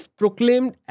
proclaimed